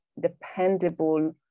dependable